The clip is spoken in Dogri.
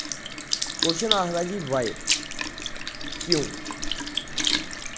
कोशन आखदा जी वाय क्यूं